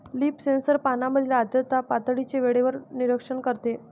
leaf sensor पानांमधील आर्द्रता पातळीचे वेळेवर निरीक्षण करते